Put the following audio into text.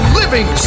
living